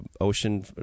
ocean